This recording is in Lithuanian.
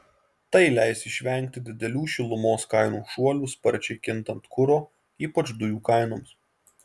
tai leis išvengti didelių šilumos kainų šuolių sparčiai kintant kuro ypač dujų kainoms